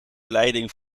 leiding